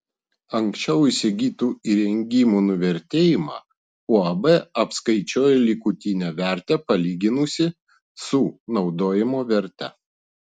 anksčiau įsigytų įrengimų nuvertėjimą uab apskaičiuoja likutinę vertę palyginusi su naudojimo verte